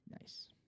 Nice